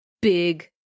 big